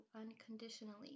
unconditionally